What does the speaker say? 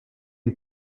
une